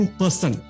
person